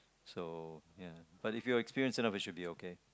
so ya but if you're experienced enough it should be okay